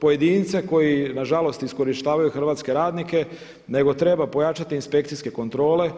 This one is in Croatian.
pojedince koji na žalost iskorištavaju hrvatske radnike nego treba pojačati inspekcijske kontrole.